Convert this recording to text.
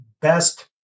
best